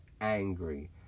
angry